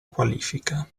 qualifica